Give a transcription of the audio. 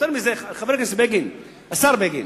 יותר מזה, השר בגין,